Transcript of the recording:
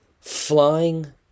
flying